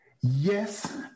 Yes